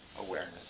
awareness